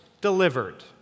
delivered